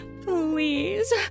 please